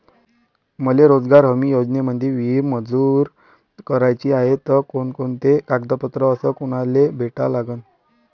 मले रोजगार हमी योजनेमंदी विहीर मंजूर कराची हाये त कोनकोनते कागदपत्र अस कोनाले भेटा लागन?